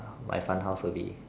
my fun house will be